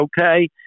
okay